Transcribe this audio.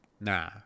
Nah